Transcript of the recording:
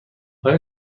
آیا